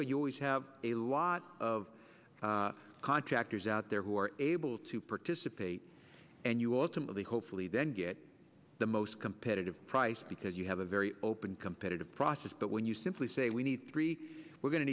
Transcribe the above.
way you always have a lot of contractors out there who are able to participate and you ultimately hopefully then get the most competitive price because you have a very open competitive process but when you simply say we need three we're go